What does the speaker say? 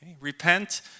Repent